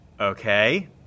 okay